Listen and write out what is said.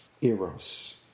Eros